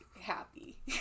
happy